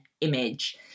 image